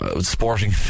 Sporting